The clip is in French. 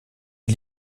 est